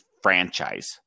franchise